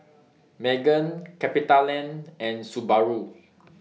Megan CapitaLand and Subaru